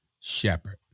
shepherd